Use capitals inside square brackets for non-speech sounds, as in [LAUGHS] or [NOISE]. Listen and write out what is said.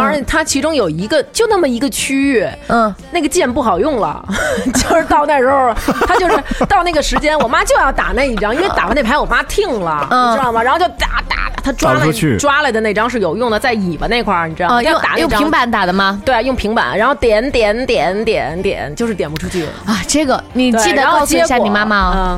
后玩，嗯。它其中有一个- 就那么一个区域，嗯。那个键不好用了。 [LAUGHS] 嗯。就是到那时候，它就是- 到那个时间， [LAUGHS] 我妈就要打那一张，因为打完那牌我妈听了，嗯。你知道吗？然后就打打打，她抓了-打不出去。抓了的那张是有用的，在尾巴那块儿，你知道吗？啊，要打那张。用- 用平板打的吗？对，用平板，然后点点点点点，就是点不出去。啊，这个，你对，记得然后告诉一下结果，你妈妈哦。嗯。